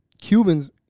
Cubans